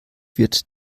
wird